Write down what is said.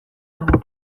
dugu